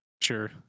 sure